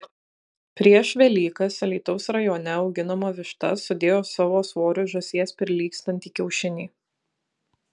prieš velykas alytaus rajone auginama višta sudėjo savo svoriu žąsies prilygstantį kiaušinį